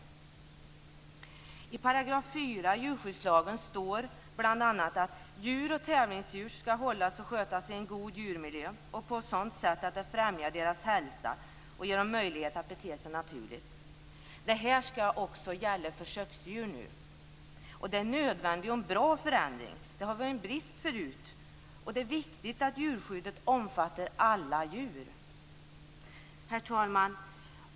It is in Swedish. I 4 § djurskyddslagen står bl.a. att djur och tävlingsdjur "skall hållas och skötas i en god djurmiljö och på ett sådant sätt att det främjar deras hälsa och ger dem möjlighet att bete sig naturligt". Detta skall nu också gälla försöksdjur. Det är en nödvändig och bra förändring, och det har varit en brist förut. Det är viktigt att djurskyddet omfattar alla djur. Herr talman!